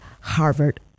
Harvard